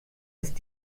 ist